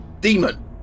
demon